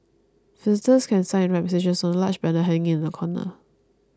visitors can sign and write messages on a large banner hanging in the corner